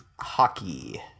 Hockey